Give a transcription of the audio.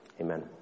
Amen